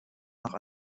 nach